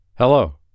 Hello